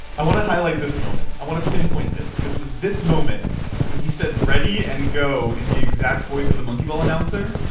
i wanna highlight this moment, i wanna pinpoint this, because it was this moment that he said ready! and go! in the exact voice of the monkey ball announcer,